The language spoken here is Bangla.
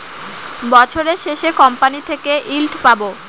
বছরের শেষে কোম্পানি থেকে ইল্ড পাবো